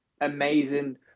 amazing